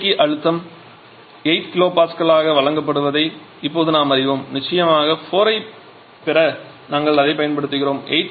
மின்தேக்கி அழுத்தம் 8 kPa ஆக வழங்கப்படுவதை இப்போது நாம் அறிவோம் நிச்சயமாக 4 ஐப் பெற நாங்கள் அதைப் பயன்படுத்துகிறோம்